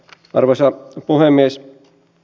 arvoisa puhemies